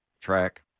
track